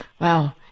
Wow